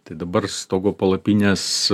tai dabar stogo palapinės